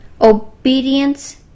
obedience